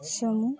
ᱥᱮᱢᱩ